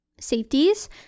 safeties